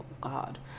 God